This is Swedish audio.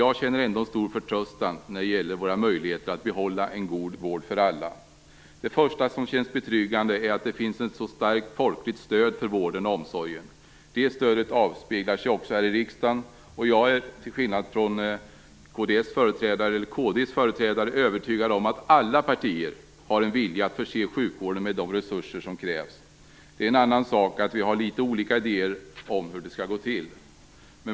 Jag känner ändå en stor förtröstan när det gäller våra möjligheter att behålla en god vård för alla. Det första som känns betryggande är att det finns ett så starkt folkligt stöd för vården och omsorgen. Det stödet avspeglar sig också här i riksdagen. Jag är, till skillnade från kd:s företrädare, övertygad om att alla partier har en vilja att förse sjukvården med de resurser som krävs. Det är en annan sak att vi har litet olika idéer om hur det skall gå till.